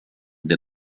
del